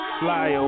fly